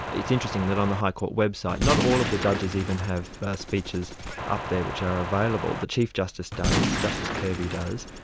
it's interesting that on the high court website, not all of the judges even have speeches up there which are available. the chief justice does, justice kirby does,